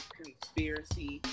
conspiracy